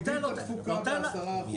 מגדיל את התפוקה ב-10%.